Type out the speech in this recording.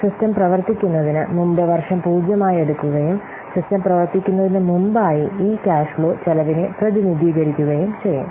system പ്രവർത്തിക്കുന്നതിന് മുമ്പ് വർഷം 0 ആയി എടുക്കുകയും സിസ്റ്റം പ്രവർത്തിക്കുന്നതിന് മുമ്പായി ഈ ക്യാഷ് ഫ്ലോ ചെലവിനെ പ്രതിനിധീകരിക്കുകയും ചെയ്യുന്നു